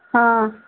हां